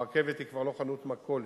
הרכבת היא כבר לא חנות מכולת.